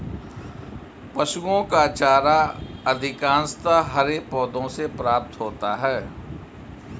पशुओं का चारा अधिकांशतः हरे पौधों से प्राप्त होता है